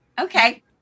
Okay